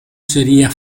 sería